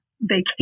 vacation